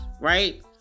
Right